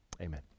Amen